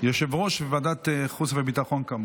יושב-ראש ועדת החוץ והביטחון.